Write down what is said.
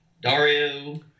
Dario